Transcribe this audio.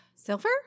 Silver